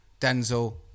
Denzel